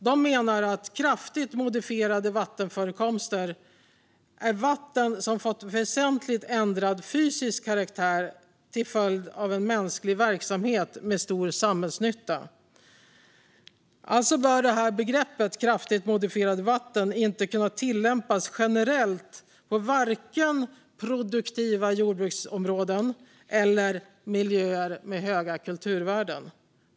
De menar att kraftigt modifierade vattenförekomster är vatten som fått väsentligt ändrad fysisk karaktär till följd av en mänsklig verksamhet med stor samhällsnytta. Alltså bör det här begreppet, kraftigt modifierade vatten, inte kunna tillämpas generellt på produktiva jordbruksområden eller miljöer med höga kulturvärden.